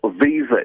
visa